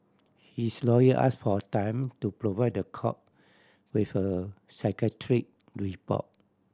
his lawyer asked for time to provide the court with a psychiatric report